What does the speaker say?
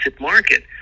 market